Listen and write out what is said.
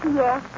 yes